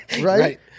Right